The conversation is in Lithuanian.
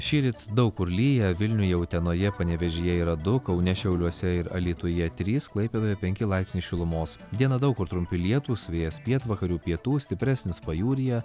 šįryt daug kur lyja vilniuje utenoje panevėžyje yra du kaune šiauliuose ir alytuje trys klaipėdoje penki laipsniai šilumos dieną daug kur trumpi lietūs vėjas pietvakarių pietų stipresnis pajūryje